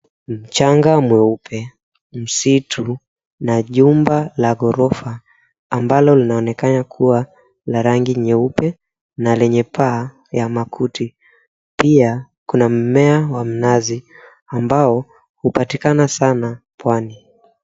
Mchanga mweupe. Msitu na jumba la ghorofa ambalo linaonekana kuwa la rangi nyeupe na lenye paa ya makuti. Pia kuna mmea wa mnazi ambao hupatikana sana pwani.